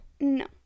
No